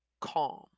calm